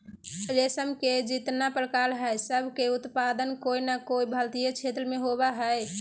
रेशम के जितना प्रकार हई, सब के उत्पादन कोय नै कोय भारतीय क्षेत्र मे होवअ हई